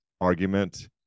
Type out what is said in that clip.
argument